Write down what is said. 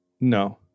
No